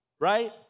right